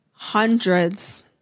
Hundreds